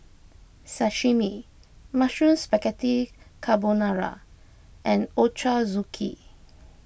Sashimi Mushroom Spaghetti Carbonara and Ochazuke